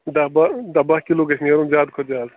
دَہ بہہ دَہ بہہ کِلوٗ گژھِ نیرُن زیادٕ کھۄتہٕ زیادٕ